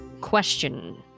question